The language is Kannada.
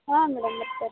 ಹಾಂ ಮೇಡಮ್ ಮತ್ತು